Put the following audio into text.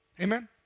Amen